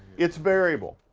gets variable.